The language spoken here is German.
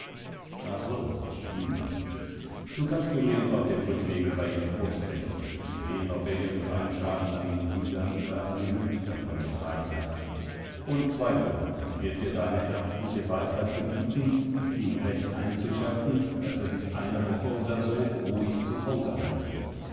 ach so hm du kannst übrigens auf dem rückwege bei ihm vorsprechen und sehen ob er irgendeinen schaden an den gliedern oder am gemüt davon getragen hat unzweifelhaft wird dir deine ärztliche weisheit gebieten ihm recht einzuschärfen daß er sich eine woche oder so ruhig zu hause halte